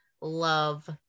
love